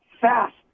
fast